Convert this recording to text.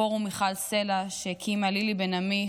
פורום מיכל סלה שהקימה לילי בן עמי,